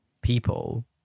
People